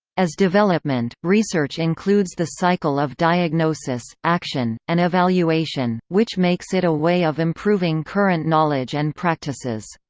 as development research includes the cycle of diagnosis, action, and evaluation, which makes it a way of improving current knowledge and practices.